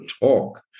talk